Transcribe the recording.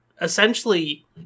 essentially